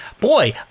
boy